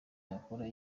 yakora